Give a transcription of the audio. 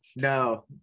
No